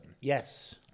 Yes